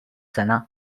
sena